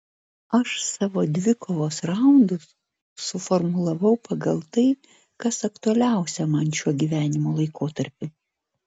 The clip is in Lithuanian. aš savo dvikovos raundus suformulavau pagal tai kas aktualiausia man šiuo gyvenimo laikotarpiu